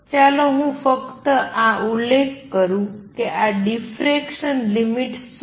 ચાલો હું ફક્ત આ ઉલ્લેખ કરું છું કે આ ડિફરેકસન લિમિટ શું છે